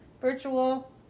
virtual